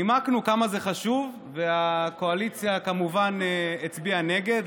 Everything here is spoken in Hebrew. נימקנו כמה זה חשוב, והקואליציה כמובן הצביעה נגד.